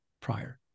prior